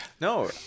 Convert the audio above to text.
no